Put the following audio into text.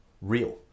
Real